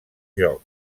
joc